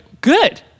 good